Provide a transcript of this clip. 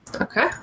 Okay